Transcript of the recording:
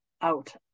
out